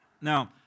Now